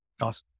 Awesome